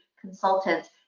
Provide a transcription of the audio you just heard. consultants